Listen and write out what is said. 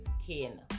skin